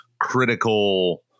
critical